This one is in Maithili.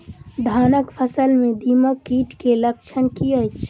धानक फसल मे दीमक कीट केँ लक्षण की अछि?